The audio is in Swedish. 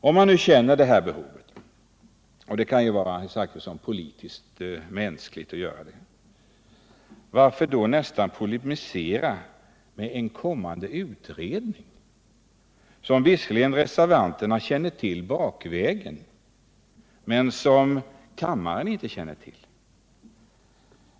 Om man nu känner detta behov —- och det kan ju vara politiskt och mänskligt att göra det — varför då polemisera med en kommande utredning, som visserligen reservanterna känner till bakvägen, men som kammaren inte känner till?